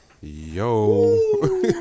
Yo